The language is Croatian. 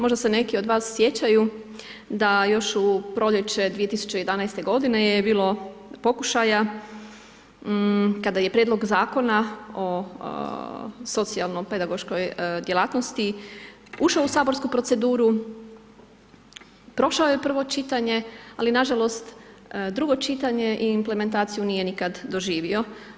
Možda se neki od vas sjećaju da još u proljeće 2011.-te godine je bilo pokušaja kada je prijedlog Zakona o socijalno pedagoškoj djelatnosti ušao u saborsku proceduru, prošao je prvo čitanje, ali nažalost, drugo čitanje i implementaciju nije nikad doživio.